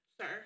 sir